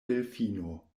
delfino